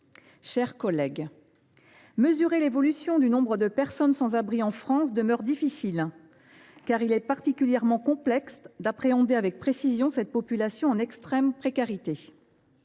chers collègues, mesurer l’évolution du nombre de personnes sans abri en France demeure difficile, car il est particulièrement complexe d’appréhender avec précision le cas de cette population en extrême précarité.